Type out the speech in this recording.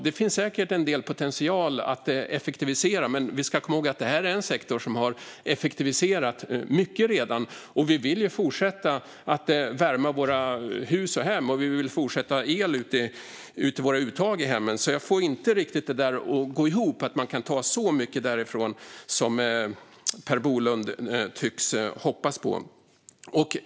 Det finns säkert en del potential att effektivisera, men vi ska komma ihåg att detta är en sektor som redan har effektiviserat mycket, och vi vill ju fortsätta att värma våra hus och hem, och vi vill fortsätta att ha el i våra uttag i hemmen. Jag får inte riktigt detta att gå ihop - att man kan ta riktigt så mycket därifrån som Per Bolund tycks hoppas på.